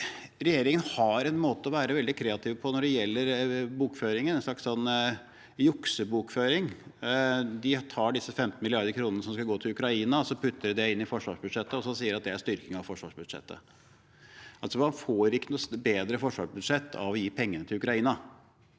Regjeringen har en måte å være veldig kreative på når det gjelder bokføringen – en slags juksebokføring. De tar disse 15 mrd. kr som skal gå til Ukraina, putter dem inn i forsvarsbudsjettet og sier at det er en styrking av forsvarsbudsjettet. Man får ikke noe bedre forsvarsbudsjett av å gi pengene til Ukraina.